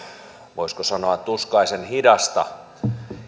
voisiko sanoa tuskaisen hidasta